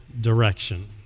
direction